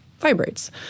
Vibrates